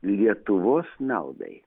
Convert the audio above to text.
lietuvos naudai